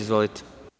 Izvolite.